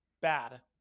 bad